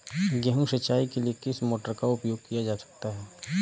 गेहूँ सिंचाई के लिए किस मोटर का उपयोग किया जा सकता है?